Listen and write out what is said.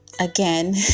again